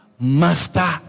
master